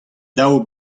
dav